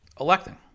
electing